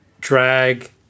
drag